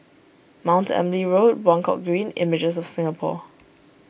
Mount Emily Road Buangkok Green Images of Singapore